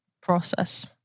process